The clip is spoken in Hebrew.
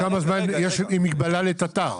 כמה זמן יש מגבלה לתט"ר?